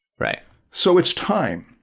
right so it's time